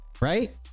right